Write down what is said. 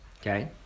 Okay